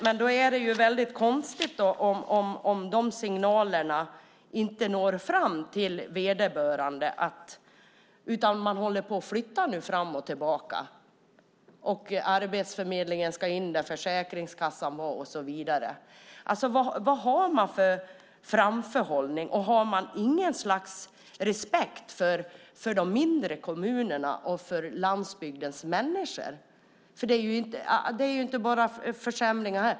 Men då är det väldigt konstigt om de signalerna inte når fram till vederbörande utan man håller på och flyttar fram och tillbaka. Arbetsförmedlingen ska in där Försäkringskassan var och så vidare. Vad har man för framförhållning? Har man inget slags respekt för de mindre kommunerna och för landsbygdens människor? Det är ju inte bara försämringar här.